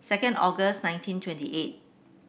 second August nineteen twenty eight